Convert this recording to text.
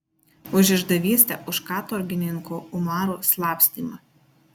už išdavystę už katorgininko umaro slapstymą